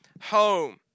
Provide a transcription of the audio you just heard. home